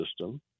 system